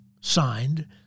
signed